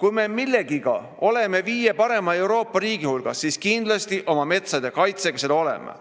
Kui me millegagi ka oleme viie parema Euroopa riigi hulgas, siis kindlasti oma metsade kaitsega.